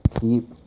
Keep